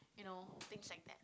you know things like that